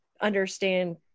understand